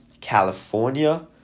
california